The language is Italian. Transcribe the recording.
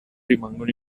rimangono